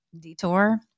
detour